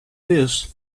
this